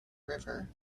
river